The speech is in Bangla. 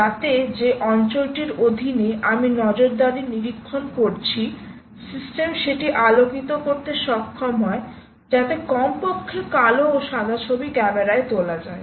যাতে যে অঞ্চলটির অধীনে আমি নজরদারি নিরীক্ষণ করছি সিস্টেম সেটি আলোকিত করতে সক্ষম হয় যাতে কমপক্ষে কালো ও সাদা ছবি ক্যামেরায় তোলা যায়